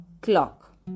clock